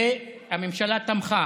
והממשלה תמכה.